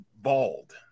bald